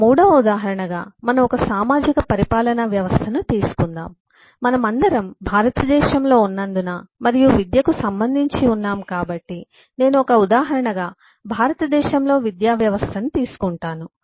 ఇక మూడవ ఉదాహరణగా మనం ఒక సామాజిక పరిపాలనా వ్యవస్థను తీసుకుందాం మనమందరం భారతదేశంలో ఉన్నందున మరియు విద్యకు సంబంధించి ఉన్నాము కాబట్టి నేను ఒక ఉదాహరణగా భారతదేశంలో విద్యావ్యవస్థను తీసుకుంటాను